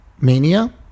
mania